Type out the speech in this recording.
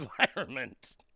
environment